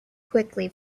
quickly